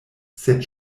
sed